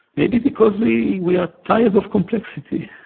maybe because we we are tired of complexity,